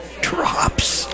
drops